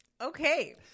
Okay